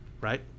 Right